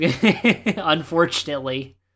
Unfortunately